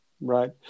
Right